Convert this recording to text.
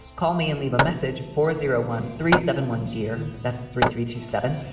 call me and leave a message for zero one three seven one, dear. that's three three two seven.